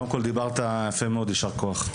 קודם כול דיברת יפה מאוד, יישר כוח.